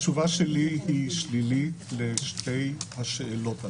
התשובה שלי היא שלילית לשתי השאלות הללו.